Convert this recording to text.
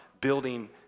building